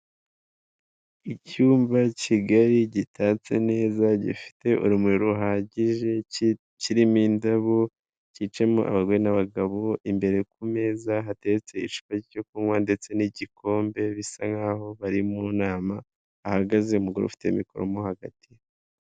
Icyumba kigali gitatse neza, gifite urumuri ruhagije, kirimo indabo, cyicamo abagore n'abagabo, imbere ku meza hateretse icupa ryo kunywa ndetse n'igikombe bisa nk'aho bari mu nama, ahagaze umugore ufite mikoro mo hagati.